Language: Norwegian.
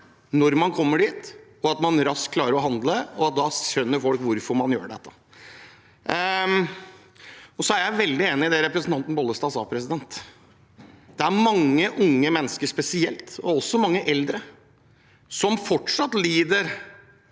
når man kommer dit, og at man raskt klarer å handle. Da skjønner folk hvorfor man gjør dette. Jeg er veldig enig i det representanten Bollestad sa. Det er spesielt mange unge mennesker og også mange eldre som fortsatt lider